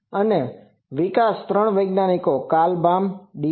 તેનો વિકાસ ત્રણ વૈજ્ઞાનિકો કાર્લ બામ ડી